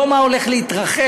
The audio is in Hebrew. לא מה הולך להתרחש,